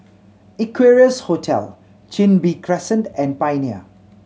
Equarius Hotel Chin Bee Crescent and Pioneer